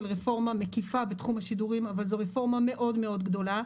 רפורמה מקיפה בתחום השידורים אבל זו רפורמה מאוד מאוד גדולה.